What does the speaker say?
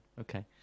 okay